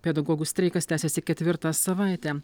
pedagogų streikas tęsiasi ketvirtą savaitę